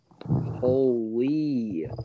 Holy